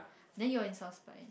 then you are in